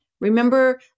Remember